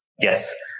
Yes